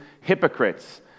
hypocrites